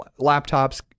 laptops